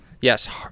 Yes